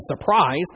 surprise